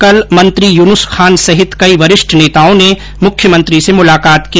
कल मंत्री युन्स खान सहित कई वरिष्ठ नेताओं ने मुख्यमंत्री से मुलाकात की